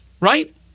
right